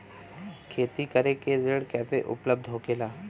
खेती करे के ऋण कैसे उपलब्ध होखेला?